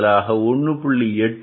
5 பதிலாக 1